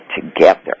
together